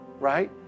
right